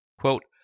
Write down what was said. Quote